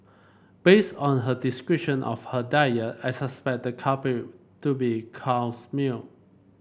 based on her description of her diet I suspected the culprit to be cow's milk